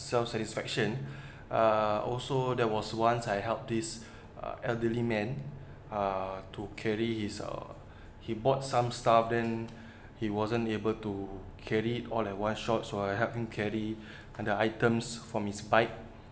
self satisfaction uh also there was once I help this uh elderly man uh to carry his uh he bought some stuff then he wasn't able to carry all at once shot so I help him carry the items from his bike